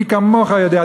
מי כמוך יודע,